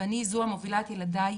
ואני זו המובילה את ילדי,